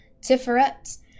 Tiferet